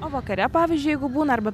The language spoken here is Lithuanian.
o vakare pavyzdžiui jeigu būna arba